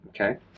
okay